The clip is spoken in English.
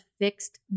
fixed